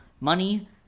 Money